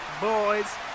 boys